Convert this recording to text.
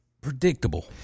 predictable